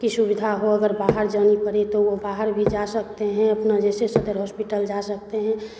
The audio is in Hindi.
की सुविधा हो अगर बाहर जाना पड़े तो बाहर भी जा सकते हैं अपना जैसे सदर हॉस्पिटल जा सकते हैं